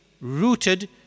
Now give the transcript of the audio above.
rooted